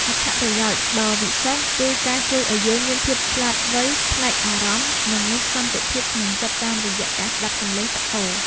អត្ថប្រយោជន៍ដ៏វិសេស គឺការជួយឱ្យយើងមានភាពឆ្លាតវៃផ្នែកអារម្មណ៍ និងមានសន្តិភាពក្នុងចិត្តតាមរយៈការស្ដាប់សម្លេងទឹកហូរ។